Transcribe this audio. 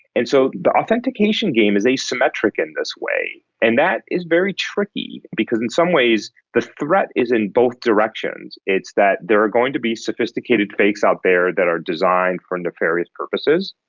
and so the authentication game is asymmetric in this way, and that is very tricky because in some ways the threat is in both directions, it's that there are going to be sophisticated fakes out there that are designed for nefarious purposes,